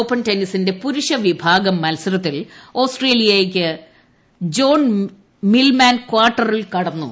open ടെന്നീസിന്റെ പുരുഷ വിഭാഗം മത്സരത്തിൽ ആസ്ട്രേലിയുടെ ജോൺ മിൽമാൻ കാർട്ടർ ഫൈനലിൽ കടന്നു